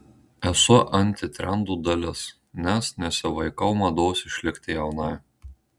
esu antitrendo dalis nes nesivaikau mados išlikti jaunai